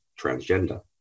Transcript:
transgender